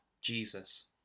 Jesus